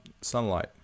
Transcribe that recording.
sunlight